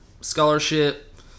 scholarship